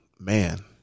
Man